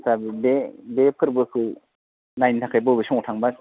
आदसा बे बे फोरबोखौ नायनो थाखाय बबे समाव थांब्ला